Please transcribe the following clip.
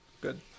Good